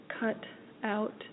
cut-out